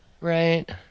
Right